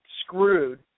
screwed